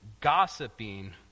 gossiping